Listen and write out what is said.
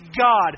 God